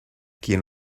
quien